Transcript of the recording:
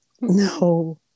No